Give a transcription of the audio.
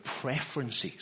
preferences